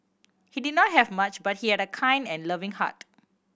he did not have much but he had a kind and loving heart